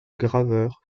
graveur